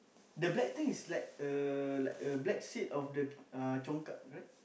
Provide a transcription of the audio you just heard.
the black thing is like a like a black seed of the uh congkak right